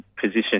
position